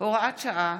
(הוראת שעה)